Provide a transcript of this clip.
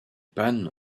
pannes